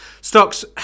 stocks